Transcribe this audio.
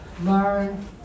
Learn